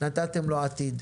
נתתם לו עתיד.